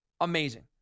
Amazing